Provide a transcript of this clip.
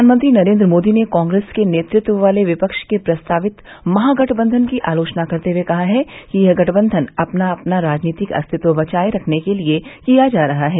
प्रधानमंत्री नरेन्द्र मोदी ने कांग्रेस के नेतृत्व वाले विपक्ष के प्रस्तावित महागठबंधन की आलोचना करते हुए कहा है कि यह गठबंधन अपना अपना राजनीतिक अस्तित्व बचाये रखने के लिए किया जा रहा है